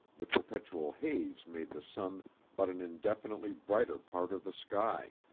the perpetual haze made the sun but an indefinitely brighter part of the sky,